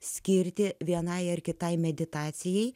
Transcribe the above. skirti vienai ar kitai meditacijai